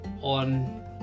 on